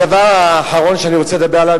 הדבר האחרון שאני רוצה לדבר עליו,